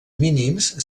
mínims